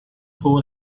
hole